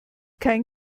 kein